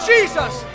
Jesus